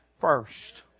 first